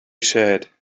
said